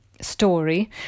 story